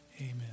Amen